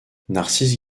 narcisse